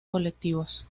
colectivos